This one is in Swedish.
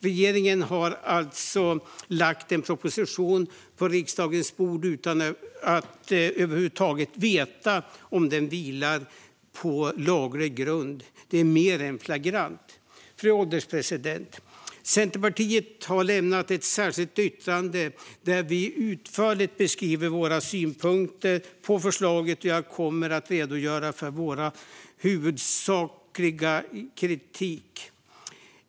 Regeringen har alltså lagt en proposition på riksdagens bord utan att över huvud taget veta om den vilar på laglig grund. Detta är mer än flagrant. Fru ålderspresident! Centerpartiet har lämnat ett särskilt yttrande där vi utförligt beskriver våra synpunkter på förslaget, och jag kommer att redogöra för vår huvudsakliga kritik.